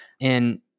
And-